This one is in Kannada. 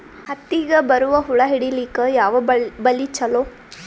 ಹತ್ತಿಗ ಬರುವ ಹುಳ ಹಿಡೀಲಿಕ ಯಾವ ಬಲಿ ಚಲೋ?